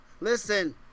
Listen